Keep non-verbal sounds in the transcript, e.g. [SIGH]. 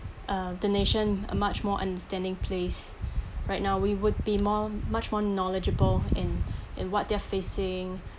uh the nation a much more understanding place [BREATH] right now we would be more much more knowledgeable and [BREATH] and what they're facing